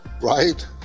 right